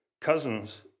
Cousins